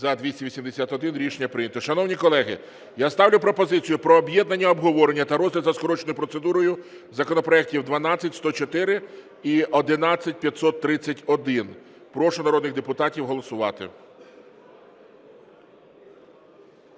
За-281 Рішення прийнято. Шановні колеги, я ставлю пропозицію про об'єднання обговорення та розгляд за скороченою процедурою законопроектів: 12104 і 11531. Прошу народних депутатів голосувати.